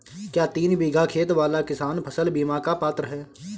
क्या तीन बीघा खेत वाला किसान फसल बीमा का पात्र हैं?